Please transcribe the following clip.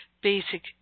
basic